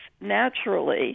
naturally